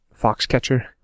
Foxcatcher